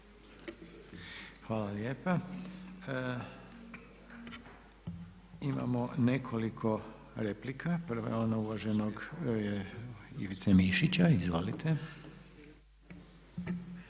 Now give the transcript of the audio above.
Hvala lijepa. Imamo nekoliko replika. Prva je ona uvaženog Ivice Mišića, izvolite.